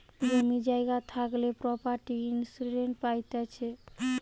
জমি জায়গা থাকলে প্রপার্টি ইন্সুরেন্স পাইতিছে